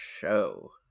show